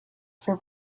for